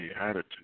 attitude